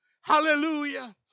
Hallelujah